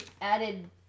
added